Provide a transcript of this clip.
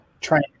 trying